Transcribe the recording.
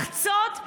לחצות,